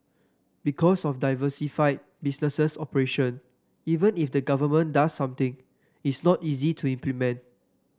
because of diversified business operations even if the government does something it's not easy to implement